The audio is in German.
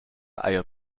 eier